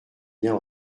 lien